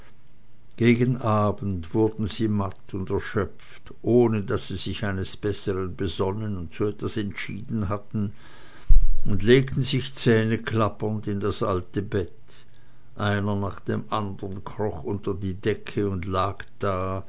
gegen abend wurden sie matt und erschöpft ohne daß sie sich eines bessern besonnen und zu etwas entschieden hatten und legten sich zähneklappernd in das alte bett einer nach dem andern kroch unter die decke und lag da